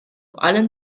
allen